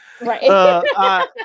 Right